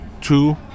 two